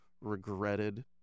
regretted